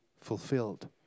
fulfilled